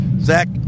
Zach